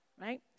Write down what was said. Right